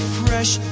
fresh